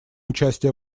участие